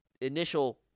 initial